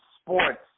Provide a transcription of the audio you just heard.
sports